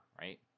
right